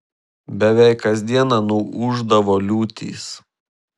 beveik kas dieną nuūždavo liūtys